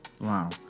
Wow